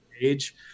age